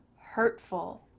hurtful,